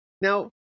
Now